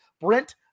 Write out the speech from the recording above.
Brent